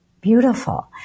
beautiful